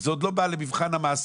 זה עוד לא בא למבחן המעשה,